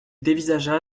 dévisagea